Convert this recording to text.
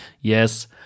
Yes